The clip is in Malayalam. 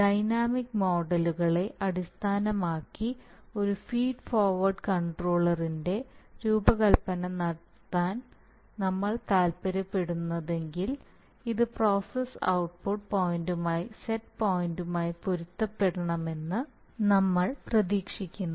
ഡൈനാമിക് മോഡലുകളെ അടിസ്ഥാനമാക്കി ഒരു ഫീഡ് ഫോർവേർഡ് കൺട്രോളറിന്റെ രൂപകൽപ്പന നടത്താൻ നമ്മൾ താൽപ്പര്യപ്പെടുന്നെങ്കിൽ ഇത് പ്രോസസ് ഔട്ട്പുട്ട് പോയിന്റുമായി സെറ്റ് പോയിന്റുമായി പൊരുത്തപ്പെടുമെന്ന് നമ്മൾ പ്രതീക്ഷിക്കുന്നു